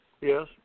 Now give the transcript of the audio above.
Yes